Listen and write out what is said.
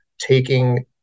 taking